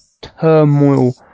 turmoil